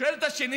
שואל את השני: